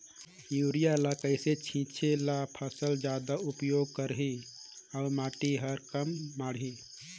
Urea ल कइसे छीचे ल फसल जादा उपयोग करही अउ माटी म कम माढ़ही?